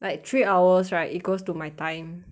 like three hours right it goes to my time